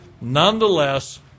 Nonetheless